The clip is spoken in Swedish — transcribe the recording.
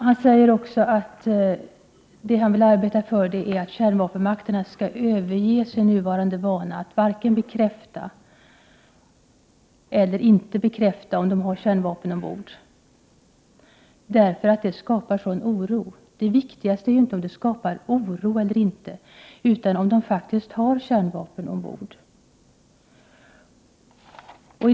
Utrikesministern säger att han vill arbeta för att kärnvapenmakterna skall överge sin nuvarande vana att varken bekräfta eller förneka att de har kärnvapen ombord, eftersom det skapar sådan oro. Det viktiga är ju inte om det skapar oro eller inte, utan om de faktiskt har kärnvapen ombord.